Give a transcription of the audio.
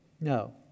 No